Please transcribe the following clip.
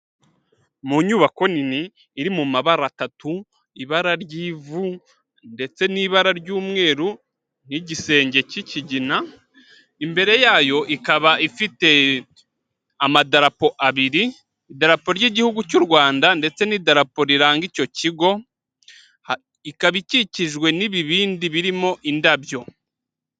Mu nyubako nini, iri mu mabara atatu, ibara ry'ivu ndetse n'ibara ry'umweru, n'igisenge cy'ikigina, imbere yayo ikaba ifite amadapo abiri, idarapo ry'igihugu cy'u Rwanda, ndetse n'idarapo riranga icyo kigo, ikaba ikikijwe n'ibibindi birimo indabyo.